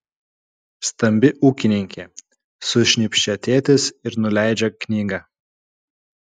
stambi ūkininkė sušnypščia tėtis ir nuleidžia knygą